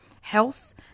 health